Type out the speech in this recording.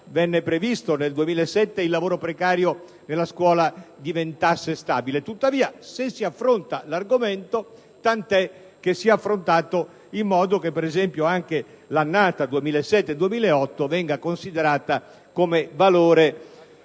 come previsto nel 2007, il lavoro precario nella scuola diventasse stabile. Tuttavia, se si affronta l'argomento, vale la pena di affrontarlo in modo che anche l'annata 2007-2008 venga considerata come valore